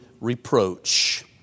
reproach